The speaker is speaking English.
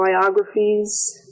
biographies